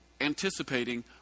anticipating